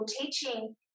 teaching